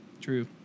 True